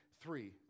three